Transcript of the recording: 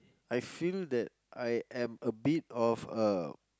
I feel that I am a bit of a